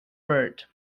bird